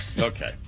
Okay